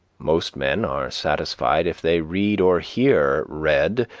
most men are satisfied if they read or hear read,